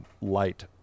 light